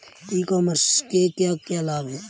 ई commerce के क्या क्या लाभ हैं?